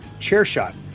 Chairshot